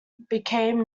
became